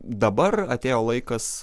dabar atėjo laikas